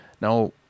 Now